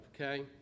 okay